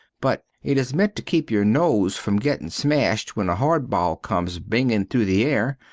but it is ment to keep your nose from gettin smasht when a hard ball comes bingin through the air.